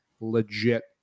legit